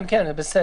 כן, בסדר.